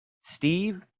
Steve